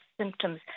symptoms